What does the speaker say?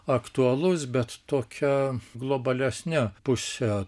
aktualus bet tokia globalesne puse